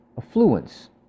affluence